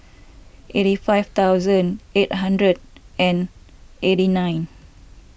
eighty five thousand eight hundred and eighty nine